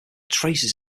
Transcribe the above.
traces